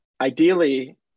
ideally